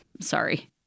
sorry